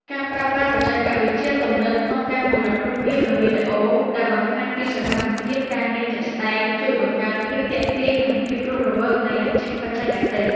ការប្រើប្រាស់បច្ចេកវិទ្យាទំនើបក្នុងការផលិតរូបភាព និងវីដេអូដែលបង្ហាញពីសកម្មភាពការងារជាក់ស្ដែង ជួយបង្កើនភាពទាក់ទាញ និងភាពរស់រវើកនៃអាជីពបច្ចេកទេស។